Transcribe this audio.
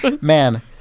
Man